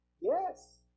Yes